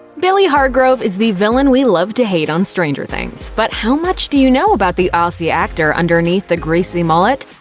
billy hargrove is the villain we love to hate on stranger things but how much do you know about the aussie actor underneath the greasy mullet?